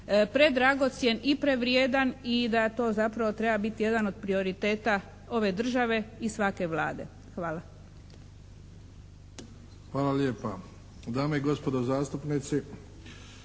predragocjen i prevrijedan i da to zapravo treba biti jedan od prioriteta ove države i svake Vlade. Hvala. **Bebić, Luka (HDZ)** Hvala lijepa. Dame i gospodo zastupnici,